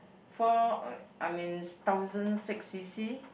four uh I mean thousand six C_C